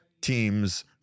teams